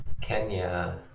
Kenya